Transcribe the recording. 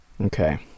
Okay